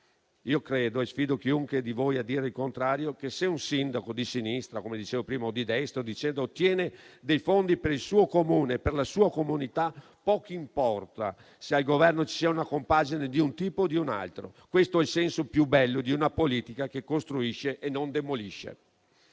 Io credo - e sfido chiunque di voi a dire il contrario - che se un sindaco di sinistra, di destra o di centro ottiene dei fondi per il suo Comune, per la sua comunità, poco importa se al Governo ci sia una compagine di un tipo o di un altro. Questo è il senso più bello di una politica che costruisce e non demolisce;